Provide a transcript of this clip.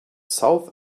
south